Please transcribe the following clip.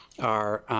are,